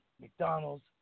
McDonald's